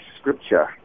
scripture